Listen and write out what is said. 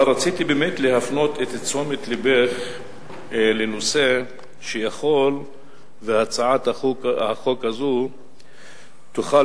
אבל רציתי באמת להפנות את תשומת לבך לנושא שיכול והצעת החוק הזו תוכל,